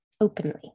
openly